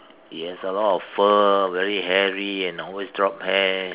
he has a lot of fur very hairy and always drop hair